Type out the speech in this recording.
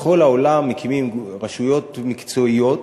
בכל העולם מקימים רשויות מקצועיות